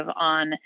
on